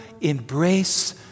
embrace